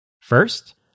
First